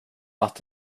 att